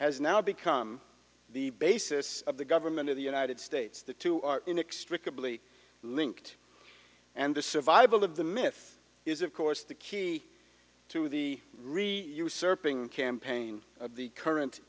has now become the basis of the government of the united states the two are inextricably linked and the survival of the myth is of course the key to the re usurping campaign of the current